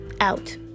out